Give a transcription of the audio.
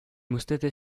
musterte